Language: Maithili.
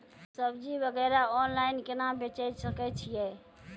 सब्जी वगैरह ऑनलाइन केना बेचे सकय छियै?